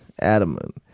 adamant